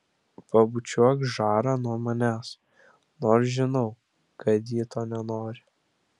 pabučiuok žarą nuo manęs nors žinau kad ji to nenori